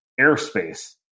airspace